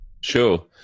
Sure